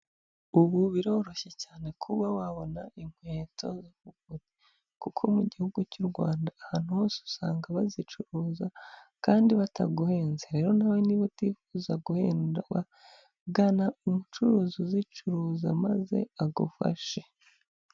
Ubu biroroshye cyane kuba wabona inkweto zo kugura kuko mu gihugu cy'u Rwanda ahantu hose usanga bazicuruza kandi bataguhenze, rero nawe niba utifuza guhenda gana umucuruzi uzicuruza maze agufashe.